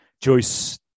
joyce